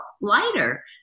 lighter